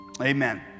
Amen